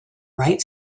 right